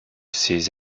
ses